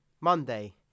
Monday